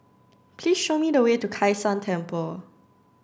please show me the way to Kai San Temple